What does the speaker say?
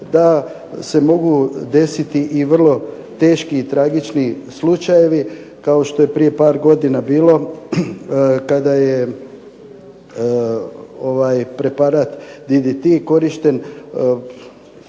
da se mogu desiti i vrlo teški i tragični slučajevi, kao što je prije par godina bilo kada je preparat DDT korišten